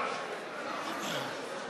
אני לא שומע את עצמי, השר גלנט, מה קורה עם אנשים?